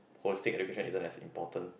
holistic education isn't as important